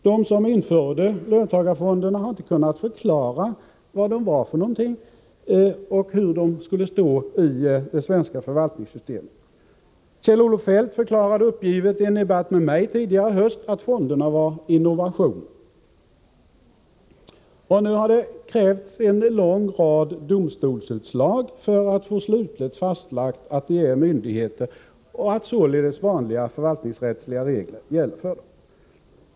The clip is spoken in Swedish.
De som införde löntagarfonderna har inte kunnat förklara vad de är för någonting och hur de skulle stå i det svenska förvaltningssystemet. Kjell-Olof Feldt förklarade uppgivet i en debatt med mig tidigare i höst att fonderna var innovationer. Det har nu krävts en lång rad domstolsutslag för att få slutligt fastlagt att de är myndigheter och att således vanliga förvaltningsrättsliga regler gäller för dem.